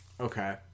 Okay